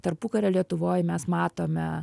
tarpukario lietuvoj mes matome